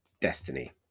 destiny